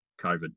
COVID